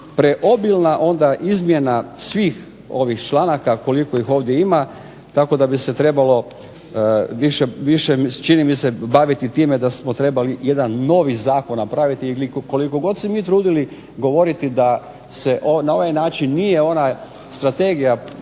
preobilna izmjena svih članaka koliko ih ovdje ima, tako da bi se trebalo više baviti time da smo trebali jedan novi zakon napraviti. I koliko god se mi trudili govoriti da se na ovaj način nije ona Strategija